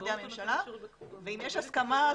ממשרדי הממשלה ואם יש הסכמה,